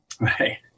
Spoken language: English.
right